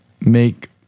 make